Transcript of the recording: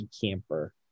camper